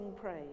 praise